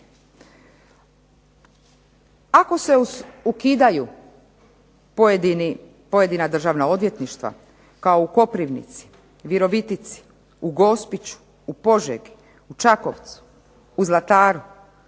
Ako se ukidaju pojedina državna odvjetništva kao u Koprivnici, Virovitici, u Gospiću, u Požegi, u Čakovcu, u Zlataru,